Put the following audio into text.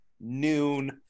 noon